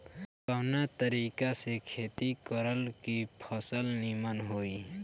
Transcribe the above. कवना तरीका से खेती करल की फसल नीमन होई?